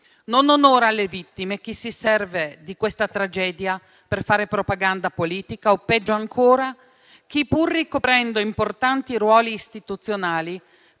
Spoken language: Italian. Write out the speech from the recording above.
Non onora le vittime chi si serve di questa tragedia per fare propaganda politica, o peggio ancora chi, pur ricoprendo importanti ruoli istituzionali,